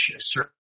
certain